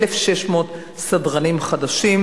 1,600 סדרנים חדשים,